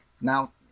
Now